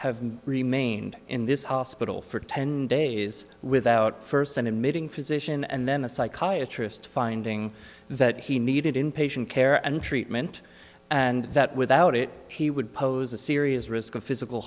have remained in this hospital for ten days without first then admitting physician and then the psychiatry is to finding that he needed in patient care and treatment and that without it he would pose a serious risk of physical